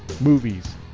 movies